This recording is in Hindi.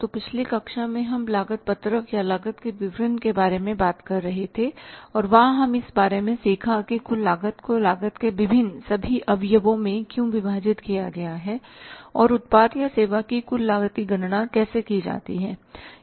तो पिछली कक्षा में हम लागत पत्रक या लागत के विवरण के बारे में बात कर रहे थे और वहां हम इस बारे में सीखा कि कुल लागत को लागत के विभिन्न सभी अवयवों में क्यों विभाजित किया गया है और उत्पाद या सेवा की कुल लागत की गणना कैसे की जाती है